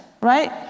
right